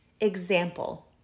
example